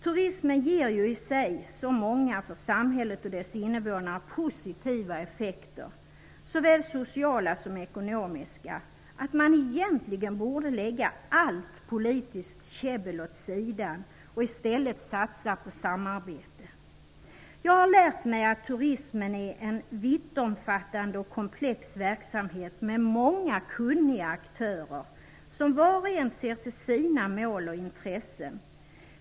Turismen ger ju i sig så många för samhället och dess invånare positiva effekter -- såväl sociala som ekonomiska -- att man egentligen borde lägga allt politiskt käbbel åt sidan och i stället satsa på ett samarbete. Jag har lärt mig att turismen är en vittomfattande och komplex verksamhet, med många kunniga aktörer, som var och en ser till sina mål och intressen.